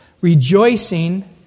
rejoicing